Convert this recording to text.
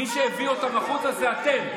מי שהביא אתכם החוצה זה אתם,